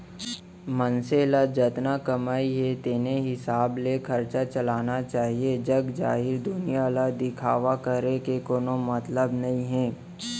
मनसे ल जतना कमई हे तेने हिसाब ले खरचा चलाना चाहीए जग जाहिर दुनिया ल दिखावा करे के कोनो मतलब नइ हे